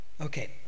Okay